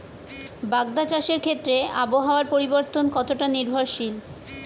বাগদা চাষের ক্ষেত্রে আবহাওয়ার পরিবর্তন কতটা নির্ভরশীল?